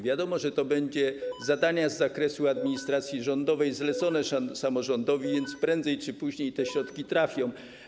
Wiadomo, że to będą zadania z zakresu administracji rządowej zlecone samorządowi, więc prędzej czy później te środki tam trafią.